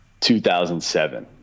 2007